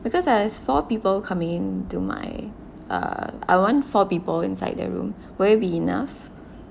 because I has four people come in to my err I want four people inside the room will it be enough